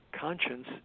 conscience